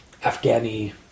Afghani